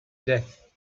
death